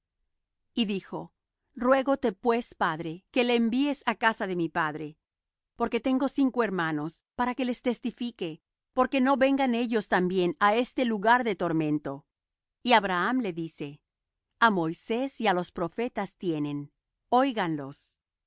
y dijo ruégote pues padre que le envíes á la casa de mi padre porque tengo cinco hermanos para que les testifique porque no vengan ellos también á este lugar de tormento y abraham le dice a moisés y á los profetas tienen óiganlos